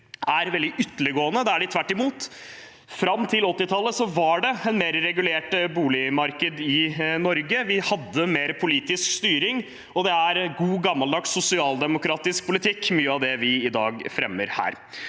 er veldig ytterliggående. Det er tvert imot. Fram til 1980-tallet var det et mer regulert boligmarked i Norge. Vi hadde mer politisk styring, og det er god, gammeldags sosialdemokratisk politikk mye av det vi i dag fremmer.